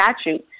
statute